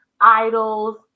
idols